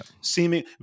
Seeming